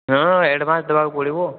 ହଁ ଆଡ଼ଭାନ୍ସ ଦେବାକୁ ପଡ଼ିବ